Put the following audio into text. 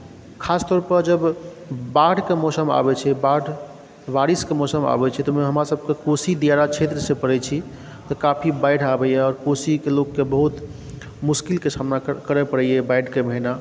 खास तौर पर जब बाढ़िके मौसम आबैत छै बाढ़ि बारिशके मौसम आबैत छै तऽ हमरासभकेँ कोशी दिआरा क्षेत्र से पड़ैत छी तऽ काफी बाढ़ि आबैए आओर कोशीके लोककेँ बहुत मुश्किलके सामना करय पड़ैए ई बाढ़िके महीना